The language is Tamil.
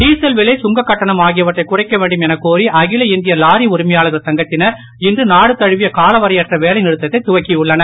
மீசல் விலை சுங்கக் கட்டணம் ஆகியவற்றை குறைக்க வேண்டும் எனக் கோரி அகில இந்திய லாரி உரிமையாளர்கள் சங்கத்தினர் இன்று நாடு தழுவிய காலவரையறையற்ற வேலை நிறுத்தத்தை துவக்கியுள்ளனர்